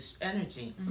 energy